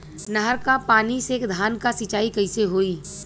नहर क पानी से धान क सिंचाई कईसे होई?